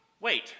Wait